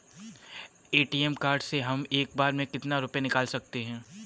ATM card से हम एक बार में कितना रुपया निकाल सकते हैं?